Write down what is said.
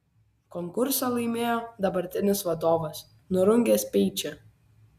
konkursą laimėjo dabartinis vadovas nurungęs speičį